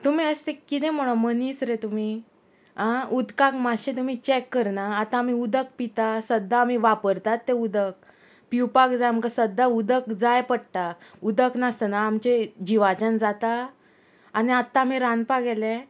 तुमी अशें किदें म्हणोन मनीस रे तुमी आ उदकाक मातशें तुमी चॅक करना आतां आमी उदक पिता सद्दां आमी वापरतात तें उदक पिवपाक जाय आमकां सद्दां उदक जाय पडटा उदक नासतना आमचें जिवाच्यान जाता आनी आतां आमी रांदपाक गेले